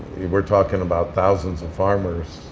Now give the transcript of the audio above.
we're talking about thousands of farmers